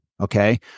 Okay